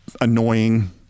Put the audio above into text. annoying